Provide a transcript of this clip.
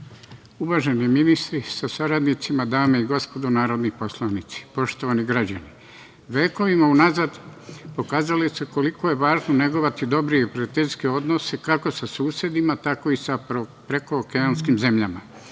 uvaženi ministri sa saradnicima, dame i gospodo narodni poslanici, poštovani građani, vekovima unazad pokazalo se koliko je važno negovati dobre i prijateljske odnose kako sa susedima, tako i sa prekookeanskim zemljama. Savremeni